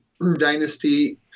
dynasty